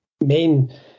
main